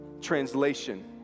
translation